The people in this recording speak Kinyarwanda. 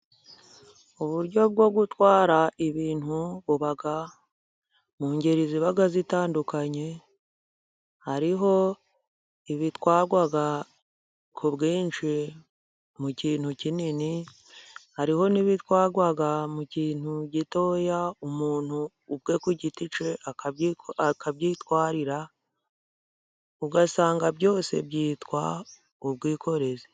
Uburyo bwo gutwara ibintu buba mu ngeri ziba zitandukanye hariho ibitwarwa ku bwinshi mu kintu kinini, hariho n'ibi twarwa mu kintu gitoya umuntu ubwe ku giti cye akabyitwarira, ugasanga byose byitwa ubwikorezi.